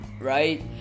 right